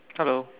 hello